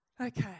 Okay